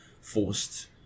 forced